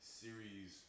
series